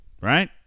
right